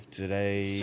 today